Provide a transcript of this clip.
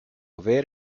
aver